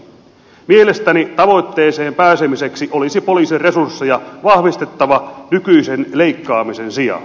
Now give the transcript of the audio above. mielestäni tavoitteeseen pääsemiseksi olisi poliisin resursseja vahvistettava nykyisen leikkaamisen sijaan